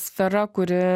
sfera kuri